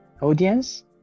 audience